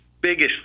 biggest